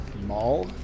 mall